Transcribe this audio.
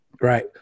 Right